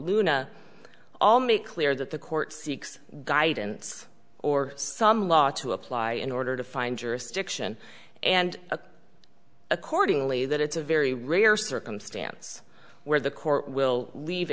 luna all make clear that the court seeks guidance or some law to apply in order to find jurisdiction and accordingly that it's a very rare circumstance where the court will leave